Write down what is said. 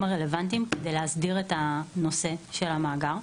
הרלוונטיים כדי להסדיר את הנושא של המאגר,